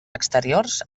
exteriors